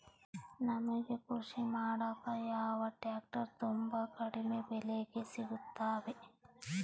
ನಮಗೆ ಕೃಷಿ ಮಾಡಾಕ ಯಾವ ಟ್ರ್ಯಾಕ್ಟರ್ ತುಂಬಾ ಕಡಿಮೆ ಬೆಲೆಗೆ ಸಿಗುತ್ತವೆ?